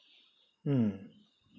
mm